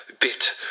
bit